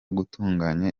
gutunganya